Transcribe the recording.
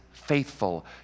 faithful